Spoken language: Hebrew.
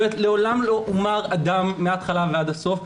מעולם לא הומר אדם מהתחלה ועד הסוף,